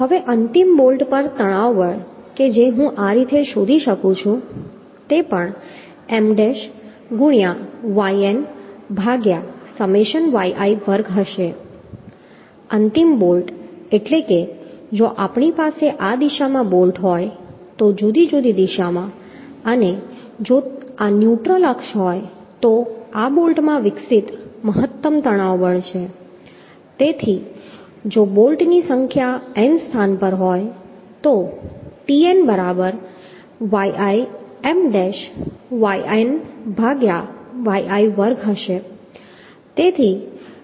હવે અંતિમ બોલ્ટ પર તણાવ બળ કે જે હું આ રીતે શોધી શકું છું તે પણ M ડૅશ ગુણ્યાં yn ભાગ્યા સમેશન yi વર્ગ હશે અંતિમ બોલ્ટ એટલે કે જો આપણી પાસે આ દિશામાં બોલ્ટ હોય તો જુદી જુદી દિશામાં અને જો આ ન્યુટ્રલ અક્ષ હોય તો આ બોલ્ટમાં વિકસિત મહત્તમ તણાવ બળ છે તેથી જો બોલ્ટની સંખ્યા n સ્થાન પર હોય તો Tn બરાબર yi M ડેશ yn ભાગ્યા yi વર્ગ હશે